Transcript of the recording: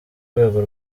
rwego